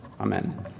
Amen